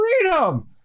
freedom